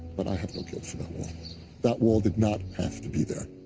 but i have no guilt for that wall. that wall did not have to be there.